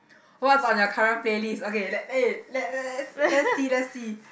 what's on your current playlist okay let eh let let let let's let's see let's see